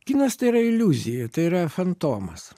kinas tai yra iliuzija tai yra fantomas